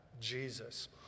Jesus